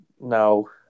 No